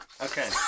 Okay